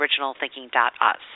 OriginalThinking.us